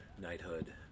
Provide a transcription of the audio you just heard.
knighthood